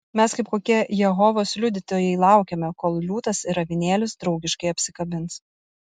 mes kaip kokie jehovos liudytojai laukiame kol liūtas ir avinėlis draugiškai apsikabins